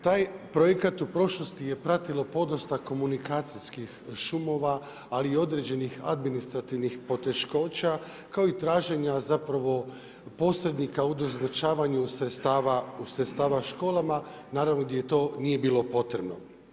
Taj projekat u prošlosti je pratilo podosta komunikacijskih šumova, ali i određenih administrativnih poteškoća kao i traženja posrednika u doznačavanju sredstava školama, gdje to nije bilo potrebno.